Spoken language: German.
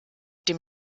dem